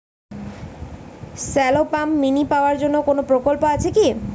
Shallow pump mini power জন্য কোনো প্রকল্প আছে কি?